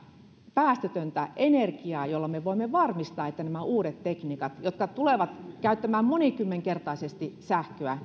päästötöntä energiaa jolla me voimme varmistaa että nämä uudet tekniikat jotka tulevat käyttämään monikymmenkertaisesti sähköä